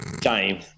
game